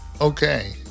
Okay